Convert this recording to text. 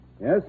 Yes